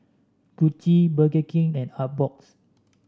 Gucci Burger King and Artbox